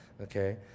Okay